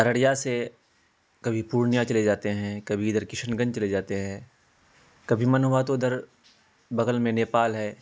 ارڑیا سے کبھی پورنیا چلے جاتے ہیں کبھی ادھر کشن گنج چلے جاتے ہیں کبھی من ہوا تو ادھر بغل میں نیپال ہے